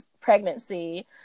pregnancy